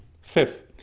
fifth